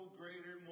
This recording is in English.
greater